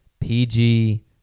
PG